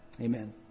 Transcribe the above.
Amen